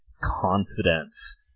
confidence